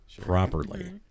properly